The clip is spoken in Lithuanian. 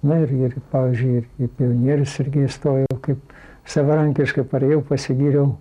na ir ir pavyzdžiui ir į pionierius irgi įstojau kaip savarankiškai parėjau pasigyriau